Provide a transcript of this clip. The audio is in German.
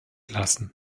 lassen